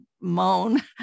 moan